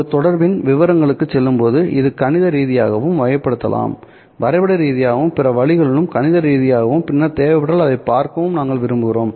ஒரு தொடர்பின் விவரங்களுக்குச் செல்லும்போது இது கணித ரீதியாகவும் வகைப்படுத்தப்படலாம் வரைபட ரீதியாகவும் பிற வழிகளிலும் கணித ரீதியாகவும் பின்னர் தேவைப்பட்டால் அதைப் பார்க்கவும் நாங்கள் விரும்புவோம்